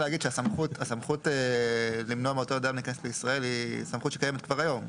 הסמכות למנוע מאותו אדם להיכנס לישראל היא סמכות שקיימת כבר היום.